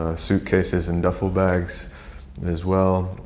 ah suitcases and duffel bags as well.